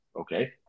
okay